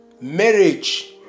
Marriage